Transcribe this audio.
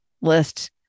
list